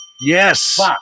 Yes